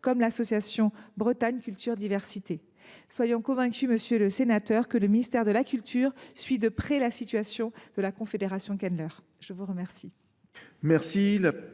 comme l’association Bretagne Culture Diversité. Soyez convaincu, monsieur le sénateur, que le ministère de la culture suit de près la situation de la confédération Kenleur. La